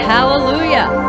Hallelujah